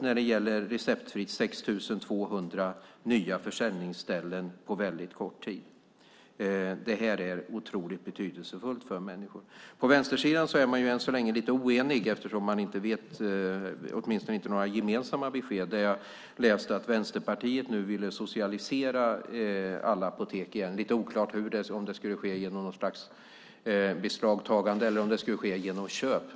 När det gäller receptfria varor har vi fått 6 200 nya försäljningsställen på kort tid. Detta är otroligt betydelsefullt för människor. På vänstersidan är man än så länge lite oenig eftersom man inte har gett några gemensamma besked. Jag läste att Vänsterpartiet nu vill socialisera alla apotek igen. Det är lite oklart om det ska ske genom något slags beslagtagande eller om det ska ske genom köp.